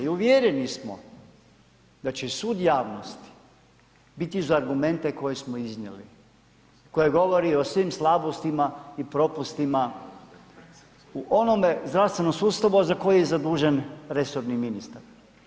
I uvjereni smo da će sud javnosti biti za argumente koje smo iznijeli, koji govore o svim slabostima i propustima u onome zdravstvenom sustavu a za koji je zadužen resorni ministar.